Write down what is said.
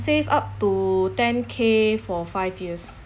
save up to ten K for five years